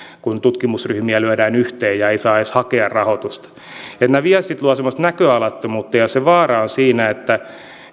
kun tutkimusryhmiä lyödään yhteen ja ei saa edes hakea rahoitusta nämä viestit luovat semmoista näköalattomuutta ja ja se vaara on siinä että